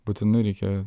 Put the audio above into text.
būtinai reikia